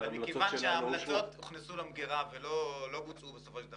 מכיוון שההמלצות הוכנסו למגירה ולא בוצעו אז